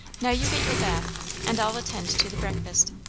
now you get your bath and i'll attend to the breakfast.